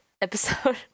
episode